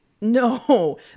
No